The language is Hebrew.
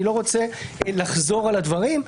אני לא רוצה לחזור על הדברים.